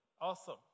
Awesome